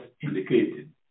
indicated